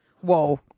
whoa